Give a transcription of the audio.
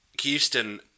Houston